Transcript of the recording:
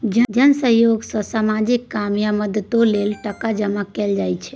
जन सहयोग सँ सामाजिक काम या मदतो लेल टका जमा कएल जाइ छै